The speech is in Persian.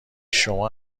شما